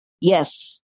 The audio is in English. yes